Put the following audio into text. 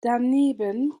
daneben